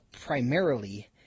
primarily